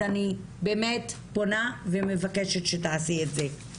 אז אני באמת פונה ומבקשת שתעשי את זה.